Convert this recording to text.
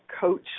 coach